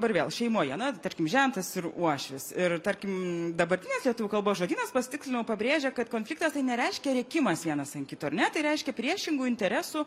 dabar vėl šeimoje na tarkim žentas ir uošvis ir tarkim dabartinės lietuvių kalbos žodynas pasitikslinau pabrėžia kad konfliktas tai nereiškia rėkimas vienas an kito ar ne tai reiškia priešingų interesų